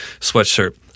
sweatshirt